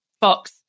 Fox